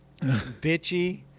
bitchy